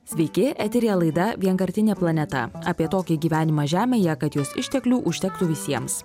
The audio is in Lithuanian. sveiki eteryje laida vienkartinė planeta apie tokį gyvenimą žemėje kad jos išteklių užtektų visiems